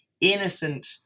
innocent